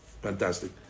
Fantastic